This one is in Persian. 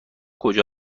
کجا